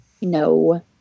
No